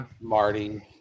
Marty